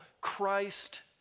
Christ